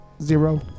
Zero